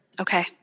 Okay